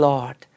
Lord